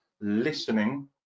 listening